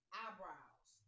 eyebrows